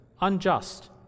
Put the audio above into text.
unjust